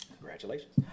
Congratulations